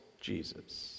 Jesus